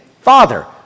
Father